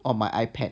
on my ipad